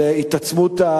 של התעצמות,